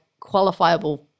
qualifiable